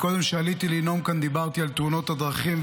כשעליתי קודם לנאום כאן דיברתי על תאונות הדרכים,